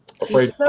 afraid